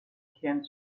kern